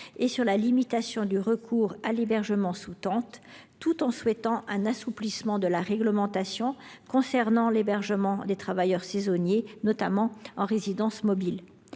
et sur la limitation du recours à l’hébergement sous tente tout en appelant de leurs vœux un assouplissement de la réglementation concernant l’hébergement des travailleurs saisonniers, notamment en résidence mobile.